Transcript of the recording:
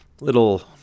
little